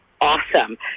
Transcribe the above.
awesome